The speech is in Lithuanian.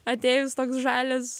atėjus toks žalias